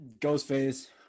ghostface